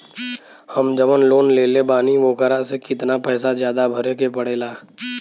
हम जवन लोन लेले बानी वोकरा से कितना पैसा ज्यादा भरे के पड़ेला?